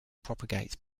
propagate